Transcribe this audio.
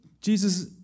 Jesus